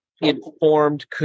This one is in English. informed